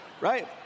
right